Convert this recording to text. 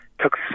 took